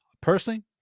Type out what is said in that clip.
personally